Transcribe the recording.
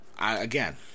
Again